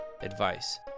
advice